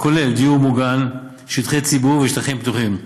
הוא כולל דיור מוגן, שטחי ציבור ושטחים פתוחים.